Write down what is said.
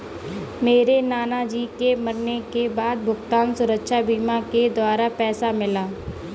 मेरे नाना जी के मरने के बाद भुगतान सुरक्षा बीमा के द्वारा पैसा मिला